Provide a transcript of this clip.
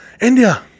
India